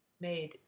made